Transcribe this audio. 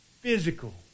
physical